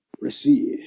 receive